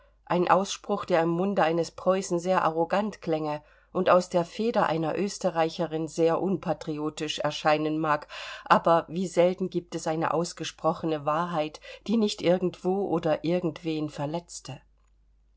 ein ausspruch der im munde eines preußen sehr arrogant klänge und aus der feder einer österreicherin sehr unpatriotisch erscheinen mag aber wie selten gibt es eine ausgesprochene wahrheit die nicht irgendwo oder irgendwen verletzte